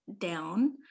down